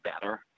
better